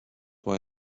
why